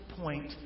point